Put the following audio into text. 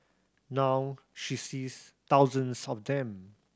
now she sees thousands of them